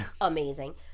Amazing